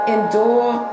Endure